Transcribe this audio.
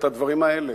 את הדברים האלה: